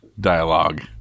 dialogue